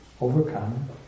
overcome